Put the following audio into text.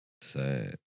Sad